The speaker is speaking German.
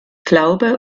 glaube